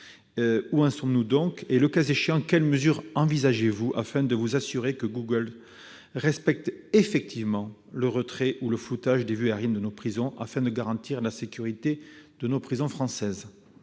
Où en sommes-nous ? Le cas échéant, quelles mesures envisagez-vous pour vous assurer que Google respecte effectivement le retrait ou le floutage des vues aériennes de nos prisons, afin de garantir leur sécurité ? La parole est